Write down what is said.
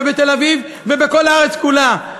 בתל-אביב ובכל הארץ כולה.